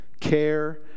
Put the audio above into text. care